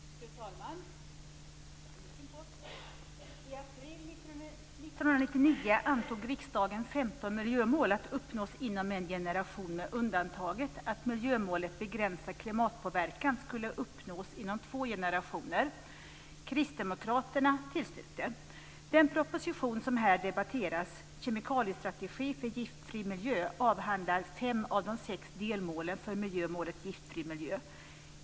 Fru talman! I april 1999 antog riksdagen 15 miljömål att uppnås inom en generation, med undantaget att miljömålet Begränsad klimatpåverkan skulle uppnås inom två generationer. Kristdemokraterna tillstyrkte. Den proposition som här debatteras, Kemikaliestrategi för Giftfri miljö, avhandlar fem av de sex delmålen för miljömålet Giftfri miljö.